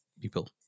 people